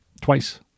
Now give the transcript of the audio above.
twice